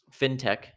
fintech